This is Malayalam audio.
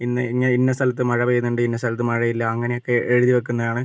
ഇന്ന് ഇന്ന സ്ഥലത്ത് മഴ പെയ്യുന്നുണ്ട് ഇന്ന സ്ഥലത്ത് മഴയില്ല അങ്ങനെയൊക്കേ എഴുതിവെയ്ക്കുന്നതാണ്